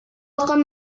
akan